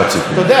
ממש סיכום.